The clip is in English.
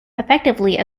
effectively